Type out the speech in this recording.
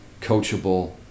coachable